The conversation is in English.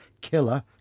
Killer